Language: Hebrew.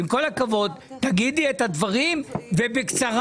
עם כל הכבוד, תגידי את הדברים ובקצרה.